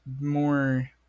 more